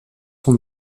son